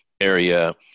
area